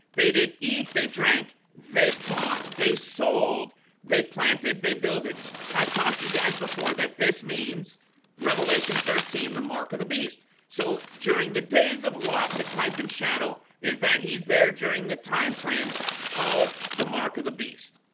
they did eat they drank they bought they sold they planted they build it i've talked to you guys before that this means revelation thirteen the mark of the beast so during the days of lot the type and shadow is that he's there during the time frame of the mark of the beast.